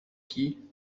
qui